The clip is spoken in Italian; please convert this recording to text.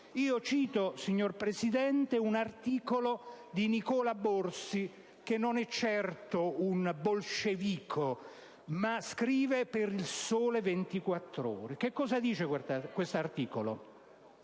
Cito, signor Presidente, un articolo di Nicola Borzi, che non è certo un bolscevico, ma scrive per «Il Sole 24 ORE». Cosa dice questo articolo?